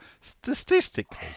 Statistically